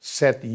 set